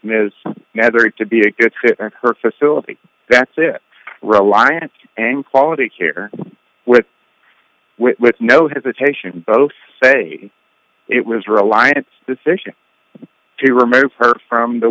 ms to be a good fit for her facility back to reliance and quality care with with no hesitation both say it was reliance decision to remove her from the